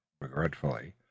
regretfully